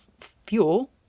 fuel